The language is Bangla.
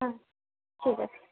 হ্যাঁ ঠিক আছে